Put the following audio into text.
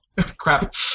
Crap